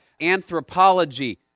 anthropology